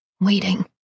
Waiting